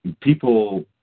people